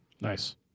Nice